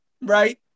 right